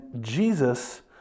Jesus